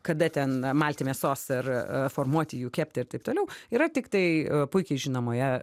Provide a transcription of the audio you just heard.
kada ten malti mėsos ar formuoti jų kepti ir taip toliau yra tiktai puikiai žinomoje